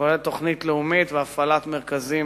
כולל תוכנית לאומית והפעלת מרכזים